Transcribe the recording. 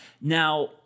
Now